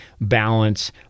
balance